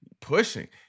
pushing